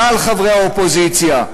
כלל חברי האופוזיציה,